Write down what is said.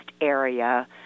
area